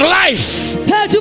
life